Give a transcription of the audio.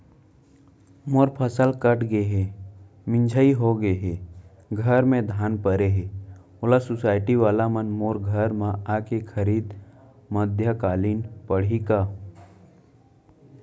मोर फसल कट गे हे, मिंजाई हो गे हे, घर में धान परे हे, ओला सुसायटी वाला मन मोर घर म आके खरीद मध्यकालीन पड़ही का?